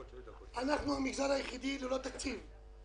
אנחנו המגזר היחיד ללא תקציב,